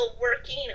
working